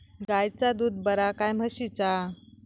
गायचा दूध बरा काय म्हशीचा?